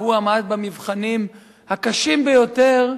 והוא עמד במבחנים הקשים ביותר.